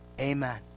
Amen